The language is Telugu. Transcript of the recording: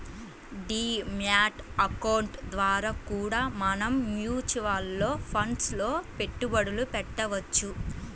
డీ మ్యాట్ అకౌంట్ ద్వారా కూడా మనం మ్యూచువల్ ఫండ్స్ లో పెట్టుబడులు పెట్టవచ్చు